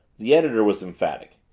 the editor was emphatic.